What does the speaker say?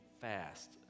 fast